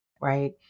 right